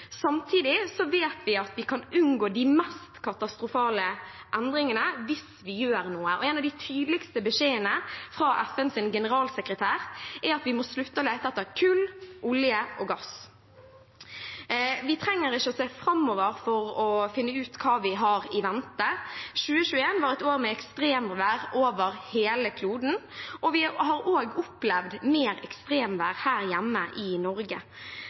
Samtidig vet vi at vi kan unngå de mest katastrofale endringene hvis vi gjør noe. En av de tydeligste beskjedene fra FNs generalsekretær er at vi må slutte å lete etter kull, olje og gass. Vi trenger ikke å se framover for å finne ut hva vi har i vente. 2021 var et år med ekstremvær over hele kloden, og vi har også opplevd mer ekstremvær her hjemme i Norge.